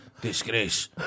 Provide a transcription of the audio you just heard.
Disgrace